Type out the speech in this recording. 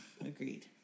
agreed